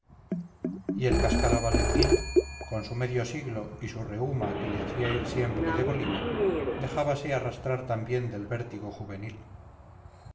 y el cascado valentín con su medio siglo y su reuma que le hacía ir siempre de bolina dejábase arrastrar también del vértigo juvenil